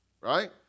right